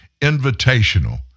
Invitational